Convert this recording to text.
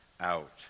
out